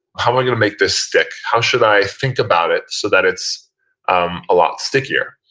how am i going to make this stick? how should i think about it so that it's um a lot stickier?